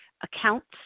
accounts